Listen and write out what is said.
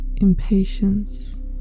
impatience